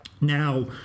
Now